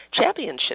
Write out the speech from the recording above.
championship